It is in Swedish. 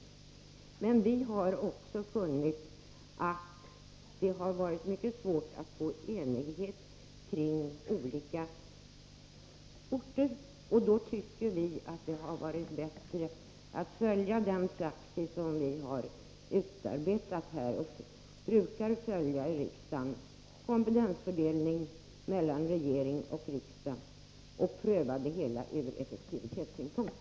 Vi har emellertid också funnit att det har varit mycket svårt att nå enighet om olika orter, och då har vi tyckt att det har varit bättre att följa den praxis som utarbetats — den kompetensfördelning mellan regering och riksdag som vi brukar följa — och pröva det hela ur effektivitetssynpunkt.